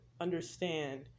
understand